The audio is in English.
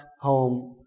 home